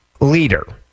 leader